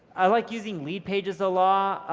i like using leadpages a lot.